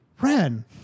Ren